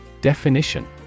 Definition